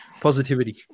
positivity